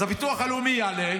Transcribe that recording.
אז הביטוח הלאומי יעלה,